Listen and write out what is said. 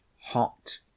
hot